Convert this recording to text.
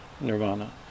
nirvana